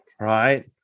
right